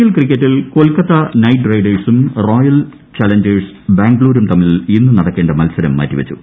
L ക്രിക്കറ്റിൽ Kolkata Knight റൈഡേഴ്സും Royal Challengers ബംഗ്ലൂരും തമ്മിൽ ഇന്ന് നടക്കേണ്ട മത്സരം മാറ്റിവച്ചു